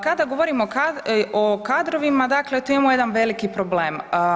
Kada govorimo o kadrovima, dakle tu imamo jedan veliki problem.